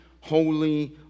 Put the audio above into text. holy